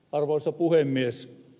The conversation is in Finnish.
arvoisa puhemies